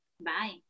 Bye